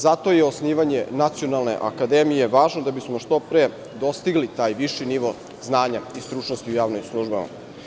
Zato je osnivanje Nacionalne akademije važno da bi smo što pre dostigli taj viši nivo znanja i stručnosti u javnim službama.